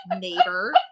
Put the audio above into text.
neighbor